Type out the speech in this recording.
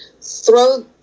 throw